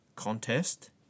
Contest